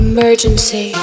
Emergency